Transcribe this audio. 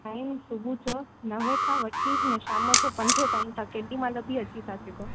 time सुबुह जो नवे खां वठी हिन शाम जो पंज ताईं तां केॾी महिल बि अची ता सघो